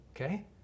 okay